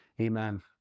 Amen